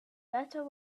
better